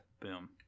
Boom